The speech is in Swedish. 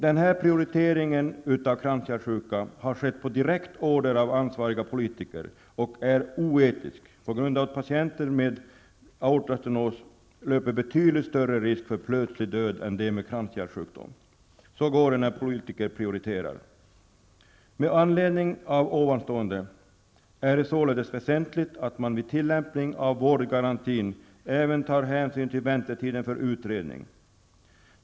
Denna prioritering av kranskärlssjuka har skett på direkt order av ansvariga politiker, och är oetisk på grund av att patienter med aortastenos löper betydligt större risk för plötslig död än patienter med kranskärlssjukdom. Så går det när politiker prioriterar. Med anledning av det anförda är det således väsentligt att man vid tillämpning av vårdgarantin även tar hänsyn till väntetiden för utredning.